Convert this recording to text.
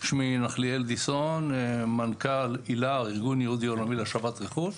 אני מנכ"ל איל"ר, ארגון יהודי עולמי להשבת רכוש.